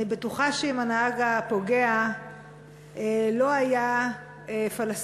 אני בטוחה שאם הנהג הפוגע לא היה פלסטיני,